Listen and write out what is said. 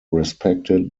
respected